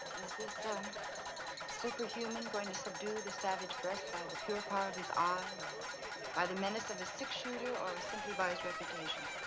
is this um superhuman going to subdue the savage beast by the pure power of his eye, or the menace of his six shooter, or simply by his reputation?